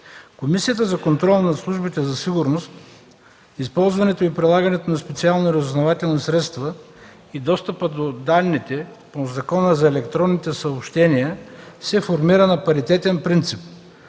Комисията за контрол над службите за сигурност, използването и прилагането на специалните разузнавателни средства и достъпа до данните по Закона за електронните съобщения се формира на паритетен принцип